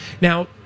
now